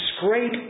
scrape